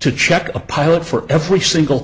to check a pilot for every single